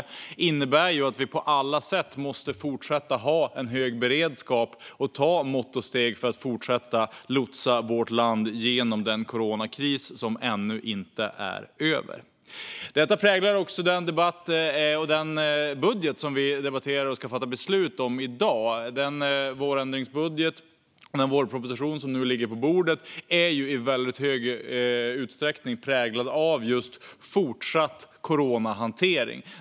Det innebär att vi på alla sätt måste fortsätta att ha en hög beredskap och ta mått och steg för att lotsa vårt land vidare genom denna coronakris som ännu inte är över. Coronahanteringen präglar också starkt den vårändringsbudget som vi i dag debatterar och ska fatta beslut om.